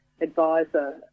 advisor